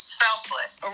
selfless